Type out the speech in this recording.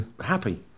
Happy